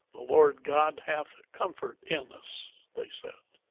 the lord god hath comfort in us they said.